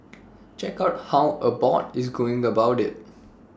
check out how Abbott is going about IT